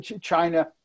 China